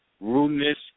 Rudeness